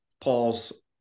Paul's